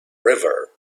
river